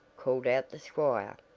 called out the squire,